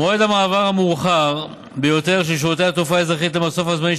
מועד המעבר המאוחר ביותר של שירותי התעופה האזרחית למסוף הזמני,